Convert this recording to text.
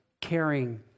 caring